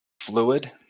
fluid